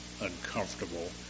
uncomfortable